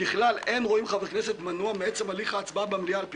קיש, עזוב.